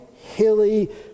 hilly